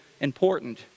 important